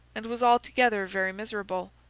and was altogether very miserable.